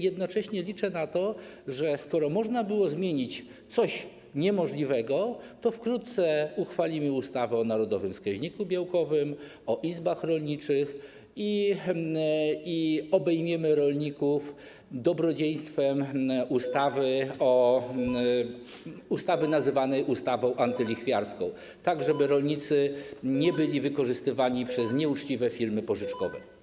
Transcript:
Jednocześnie liczę na to, że skoro można było zmienić coś niemożliwego, to wkrótce uchwalimy ustawę o narodowym wskaźniku białkowym, o izbach rolniczych i obejmiemy rolników dobrodziejstwem ustawy nazywanej ustawą antylichwiarską, tak żeby rolnicy nie byli wykorzystywani przez nieuczciwe firmy pożyczkowe.